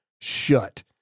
shut